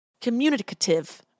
communicative